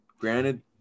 Granted